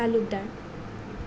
Talukdar